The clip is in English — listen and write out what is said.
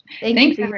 Thanks